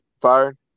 fired